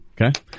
Okay